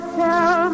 tell